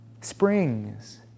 springs